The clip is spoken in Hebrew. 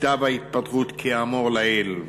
כתב ההתפטרות כאמור לעיל,